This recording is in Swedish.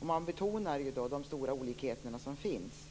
Man betonar de stora olikheter som finns.